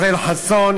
ישראל חסון,